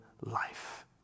life